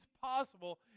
possible